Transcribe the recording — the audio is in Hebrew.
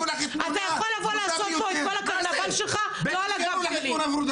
אתה יכול לבוא לעשות פה את כל הקרנבל שלך לא על הגב שלי.